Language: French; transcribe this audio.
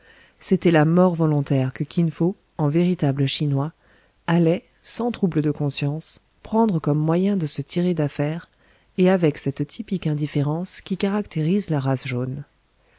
c'était la mort volontaire que kin fo en véritable chinois allait sans trouble de conscience prendre comme moyen de se tirer d'affaire et avec cette typique indifférence qui caractérise la race jaune